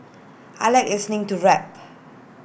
I Like listening to rap